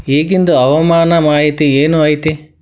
ಇಗಿಂದ್ ಹವಾಮಾನ ಮಾಹಿತಿ ಏನು ಐತಿ?